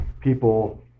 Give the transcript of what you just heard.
people